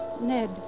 Ned